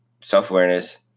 self-awareness